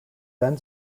then